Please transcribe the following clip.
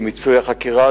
למיצוי החקירה,